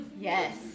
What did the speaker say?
yes